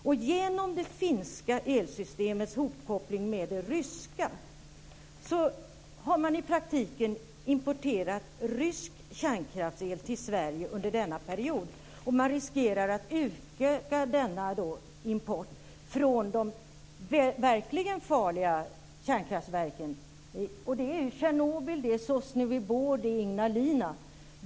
Och genom det finska elsystemets hopkoppling med det ryska har man i praktiken importerat rysk kärnkraftsel till Sverige under denna period, och man riskerar att utöka denna import från de verkligt farliga kärnkraftverken, nämligen Tjernobyl, Sosnovyj Bor och Ignalina.